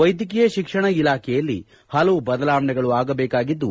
ವೈದ್ಯಕೀಯ ಶಿಕ್ಷಣ ಇಲಾಖೆಯಲ್ಲಿ ಹಲವು ಬದಲಾವಣೆಗಳ ಆಗಬೇಕಾಗಿದ್ದು